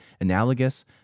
analogous